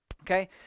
okay